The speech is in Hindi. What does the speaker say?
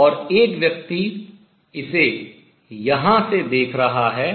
और एक व्यक्ति इसे यहां से देख रहा है